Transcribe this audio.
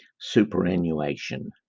superannuation